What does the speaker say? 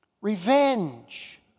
revenge